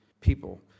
people